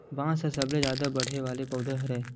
बांस ह सबले जादा बाड़हे वाला पउधा हरय